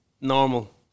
normal